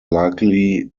likely